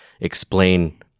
explain